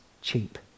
cheap